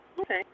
Okay